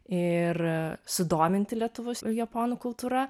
ir sudominti lietuvius japonų kultūra